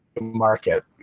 market